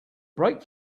brake